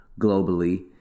globally